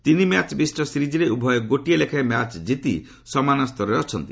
ତିନି ମ୍ୟାଚ୍ ବିଶିଷ୍ଟ ସିରିଜ୍ରେ ଉଭୟ ଗୋଟିଏ ଲେଖାଏଁ ମ୍ୟାଚ୍ ଜିତି ସମାନ ସ୍ତରରେ ଅଛନ୍ତି